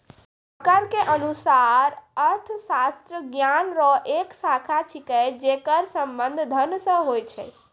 walker के अनुसार अर्थशास्त्र ज्ञान रो एक शाखा छिकै जेकर संबंध धन से हुवै छै